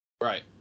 Right